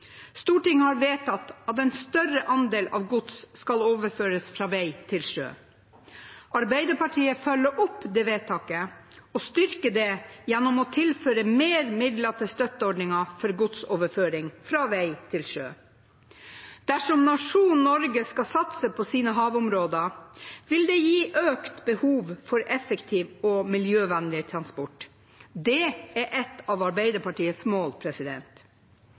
Stortinget har vedtatt at en større andel av gods skal overføres fra vei til sjø. Arbeiderpartiet følger opp dette vedtaket og styrker det gjennom å tilføre mer midler til støtteordningen for godsoverføring fra vei til sjø. Dersom nasjonen Norge skal satse på sine havområder, vil det gi økt behov for effektiv og miljøvennlig transport. Det er et av Arbeiderpartiets mål.